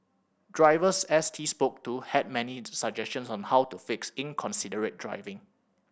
drivers S T spoke to had many suggestions on how to fix inconsiderate driving